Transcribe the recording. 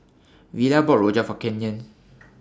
Villa bought Rojak For Kenyon